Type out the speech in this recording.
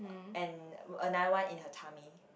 and uh another one in her tummy